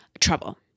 trouble